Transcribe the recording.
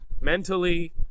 mentally